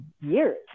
years